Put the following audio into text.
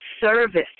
service